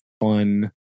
fun